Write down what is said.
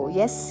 yes